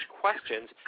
questions